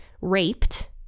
raped